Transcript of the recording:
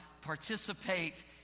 participate